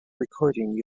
recording